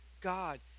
God